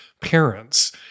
parents